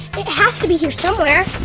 it has to be here somewhere.